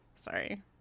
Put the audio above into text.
sorry